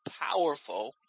powerful